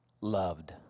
loved